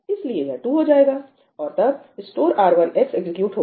इसलिए यह 2 हो जाएगाऔर तब स्टोर R1 x एग्जीक्यूट होगा